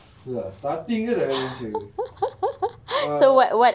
ya starting tu dah adventure ah